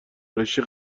ارایشی